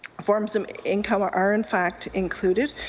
forms of income are are in fact included.